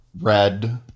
red